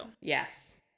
Yes